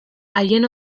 haien